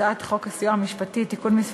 הצעת חוק הסיוע המשפטי (תיקון מס'